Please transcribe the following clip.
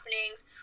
happenings